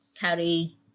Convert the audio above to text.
carry